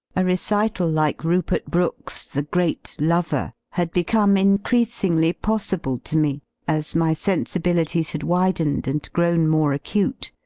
a recital like rupert brooke's the great lover had become increas ngly possible to me as my sensibilities had widened and grown more acute